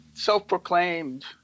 Self-proclaimed